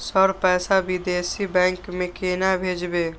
Sir पैसा विदेशी bank में केना भेजबे?